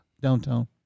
downtown